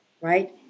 right